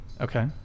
Okay